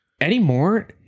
anymore